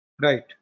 Right